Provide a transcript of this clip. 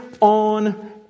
on